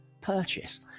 purchase